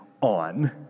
on